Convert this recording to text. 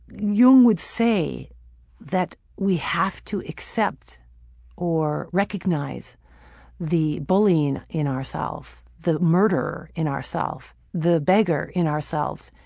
yeah um would say that we have to accept or recognize the bully in in ourself, the murderer in ourself, ourself, the beggar in ourselves,